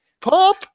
pop